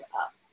up